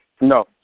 No